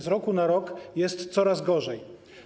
Z roku na rok jest coraz gorzej.